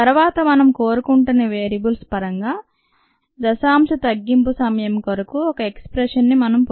తరువాత మనం కోరుకుంటున్న వేరియబుల్స్ పరంగా దశాంశ తగ్గింపు సమయం కొరకు ఒక ఎక్స్ ప్రెషన్ ని మనం పొందుతాం